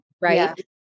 right